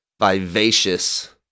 vivacious